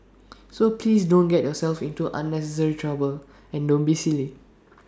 so please don't get yourself into unnecessary trouble and don't be silly